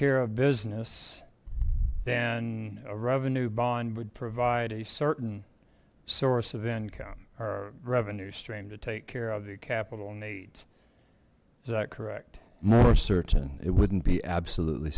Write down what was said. care of business then a revenue bond would provide a certain source of income our revenue stream to take care of the capital needs is that correct more certain it wouldn't be absolutely